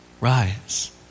rise